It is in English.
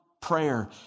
prayer